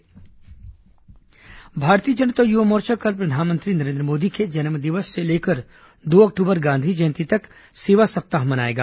भाजपा सेवा सप्ताह भारतीय जनता युवा मोर्चा कल प्रधानमंत्री नरेन्द्र मोदी के जन्म दिवस से लेकर दो अक्टूबर गांधी जयंती तक सेवा सप्ताह मनाएगा